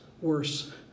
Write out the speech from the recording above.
worse